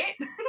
right